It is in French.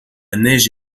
neige